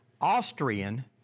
Austrian